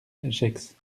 gex